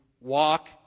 walk